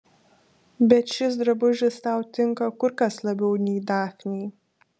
bet šis drabužis tau tinka kur kas labiau nei dafnei